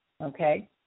Okay